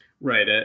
Right